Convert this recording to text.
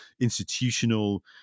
institutional